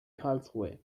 karlsruhe